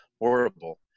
horrible